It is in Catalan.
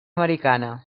americana